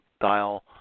dial